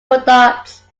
products